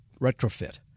retrofit